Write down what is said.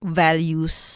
values